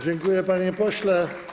Dziękuję, panie pośle.